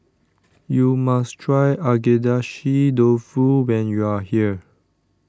you must try Agedashi Dofu when you are here